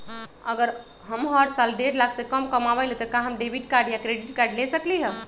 अगर हम हर साल डेढ़ लाख से कम कमावईले त का हम डेबिट कार्ड या क्रेडिट कार्ड ले सकली ह?